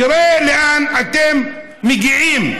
תראה לאן אתם מגיעים.